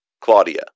Claudia